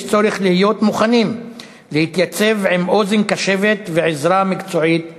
יש להיות מוכנים להתייצב עם אוזן קשבת ועזרה מקצועית ורפואית.